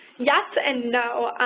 yes, and no.